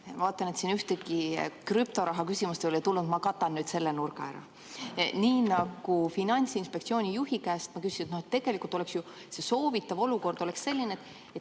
vaatan, et siin ühtegi krüptoraha küsimust ei ole tulnud, ma katan nüüd selle nurga ära. Nii nagu ma Finantsinspektsiooni juhi käest küsisin, tegelikult soovitav olukord oleks ju selline, et